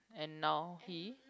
and now he